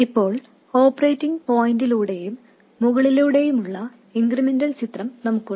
ഇപ്പോൾ ഓപ്പറേറ്റിംഗ് പോയിന്റിലൂടെയും മുകളിലൂടെയുമുള്ള ഇൻക്രിമെന്റൽ ചിത്രം നമുക്കുണ്ട്